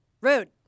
Rude